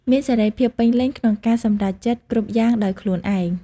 មានសេរីភាពពេញលេញក្នុងការសម្រេចចិត្ត គ្រប់យ៉ាងដោយខ្លួនឯង។